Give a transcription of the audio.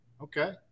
Okay